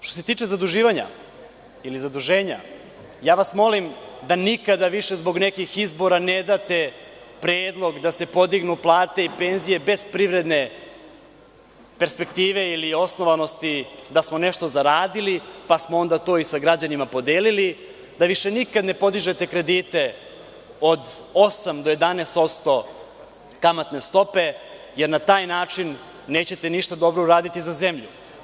Što se tiče zaduživanja ili zaduženja, ja vas molim da nikada više zbog nekih izbora ne date predlog da se podignu plate i penzije bez privredne perspektive i osnovanosti da smo nešto zaradili, pa smo to onda i sa građanima podelili, da više nikada ne podižete kredite od 8% do 11% kamatne stope, jer na taj način nećete ništa dobro uraditi za zemlju.